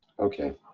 okay.